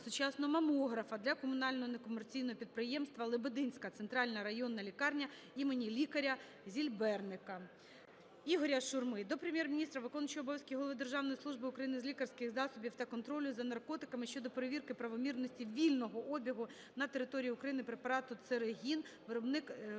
сучасного мамографа для комунального некомерційного підприємства "Лебединська центральна районна лікарня імені лікаря К.О.Зільберника". Ігоря Шурми до Прем'єр-міністра, виконуючого обов'язки голови Державної служби України з лікарських засобів та контролю за наркотиками щодо перевірки правомірності вільного обігу на території України препарату Церегін (Виробник Бєлмедпрепарати,